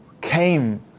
came